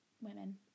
women